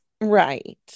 right